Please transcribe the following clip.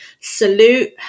salute